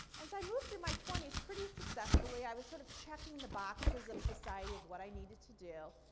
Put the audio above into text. and so i moved through my twenty s pretty successfully. i was sort of checking the boxes of society of what i needed to do.